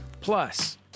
Plus